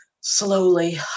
Slowly